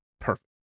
Perfect